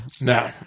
No